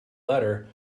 letter